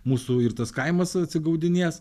mūsų ir tas kaimas atsigaudinės